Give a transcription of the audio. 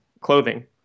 clothing